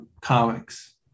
comics